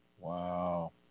Wow